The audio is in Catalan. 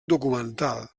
documental